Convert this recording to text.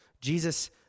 Jesus